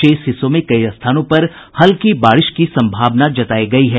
शेष हिस्सों में कई स्थानों पर भी हल्की बारिश की संभावना जतायी गयी है